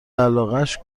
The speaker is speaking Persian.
علاقش